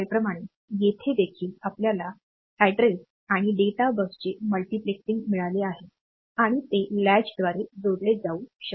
प्रमाणे येथे देखील आपल्याला पत्ता आणि डेटा बसचे मल्टिप्लेक्सिंग मिळाले आहे आणि ते लॅचद्वारे जोडले जाऊ शकते